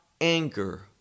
anger